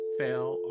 fell